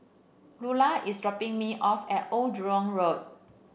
Lulla is dropping me off at Old Jurong Road